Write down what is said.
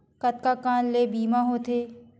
कतका कन ले बीमा होथे?